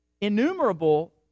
innumerable